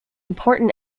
important